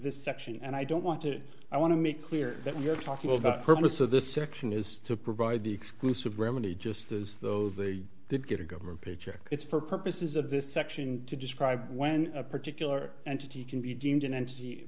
this section and i don't want to i want to make clear that we're talking about the purpose of this section is to provide the exclusive remedy just as though they did get a government paycheck it's for purposes of this section to describe when a particular entity can be deemed an en